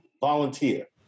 Volunteer